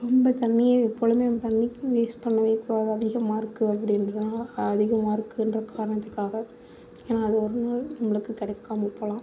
ரொம்ப தண்ணியை போதுமான தண்ணிக்கு யூஸ் பண்ணவே கூடாது அதிகமாக இருக்கு அப்படின்றதுனால அதிகமாக இருக்குன்ற காரணத்திற்க்காக ஏன்னா அது ஒரு நாள் நம்மளுக்கு கிடைக்காம போகலாம்